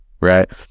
right